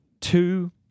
two